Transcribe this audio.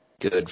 good